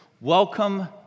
Welcome